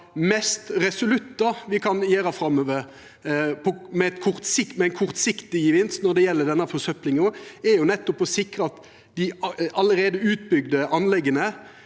det mest resolutte me kan gjera framover med kortsiktig gevinst når det gjeld denne forsøplinga, er å sikra at dei allereie utbygde anlegga